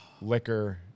liquor